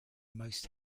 most